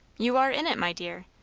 you are in it, my dear.